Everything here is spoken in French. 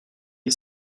est